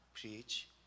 preach